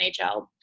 NHL